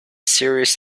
serious